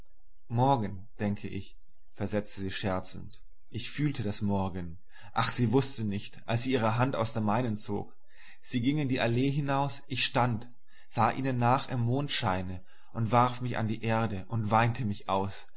morgen denke ich versetzte sie scherzend ich fühlte das morgen ach sie wußte nicht als sie ihre hand aus der meinen zog sie gingen die allee hinaus ich stand sah ihnen nach im mondscheine und warf mich an die erde und weinte mich aus